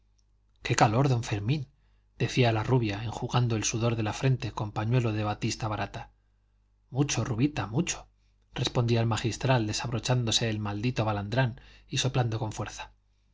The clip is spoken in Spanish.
qué calor don fermín decía la rubia enjugando el sudor de la frente con pañuelo de batista barata mucho rubita mucho respondía el magistral desabrochándose el maldito balandrán y soplando con fuerza